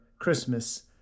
Christmas